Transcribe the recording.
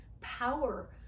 power